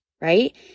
right